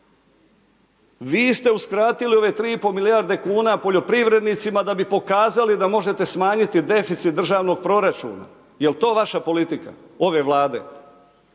Vi ste uskratili ove 3 i pol milijarde kuna poljoprivrednicima da bi pokazali da možete smanjiti deficit državnog proračuna. Jel to vaša politika ove Vlade?